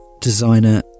designer